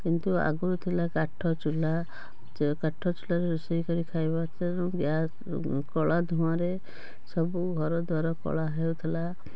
କିନ୍ତୁ ଆଗରୁ ଥିଲା କାଠଚୁଲ୍ଲା ଯେଉଁ କାଠଚୁଲ୍ଲାରେ ରୋଷେଇକରି ଖାଇବାଠାରୁ ଗ୍ୟାସ୍ କଳା ଧୂଆଁରେ ସବୁ ଘରଦ୍ୱାର କଳା ହେଉଥିଲା